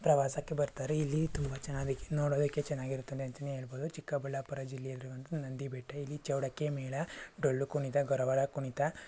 ಪ್ರವಾಸಕ್ಕೆ ಬರ್ತಾರೆ ಇಲ್ಲಿ ತುಂಬ ಜನ ಅದಕ್ಕೆ ನೋಡೋದಕ್ಕೆ ಚೆನ್ನಾಗಿರುತ್ತದೆ ಅಂತಲೇ ಹೇಳಬಹುದು ಚಿಕ್ಕಬಳ್ಳಾಪುರ ಜಿಲ್ಲೆ ನಂದಿ ಬೆಟ್ಟ ಇಲ್ಲಿ ಚೌಡಕ್ಕಿ ಮೇಳ ಡೊಳ್ಳು ಕುಣಿತ ಗೊರವರ ಕುಣಿತ